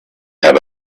have